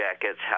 jackets